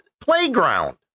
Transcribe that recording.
playground